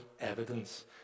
evidence